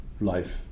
life